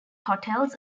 hotels